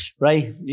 right